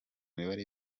imibare